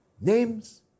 names